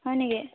হয় নেকি